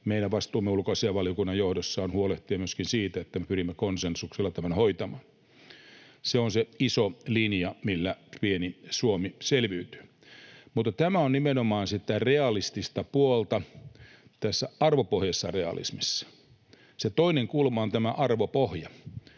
meidän vastuumme ulkoasiainvaliokunnan johdossa on huolehtia myöskin siitä, että me pyrimme konsensuksella tämän hoitamaan. Se on se iso linja, millä pieni Suomi selviytyy. Mutta tämä on nimenomaan sitä realistista puolta tässä arvopohjaisessa realismissa. Se toinen kulma on tämä arvopohja,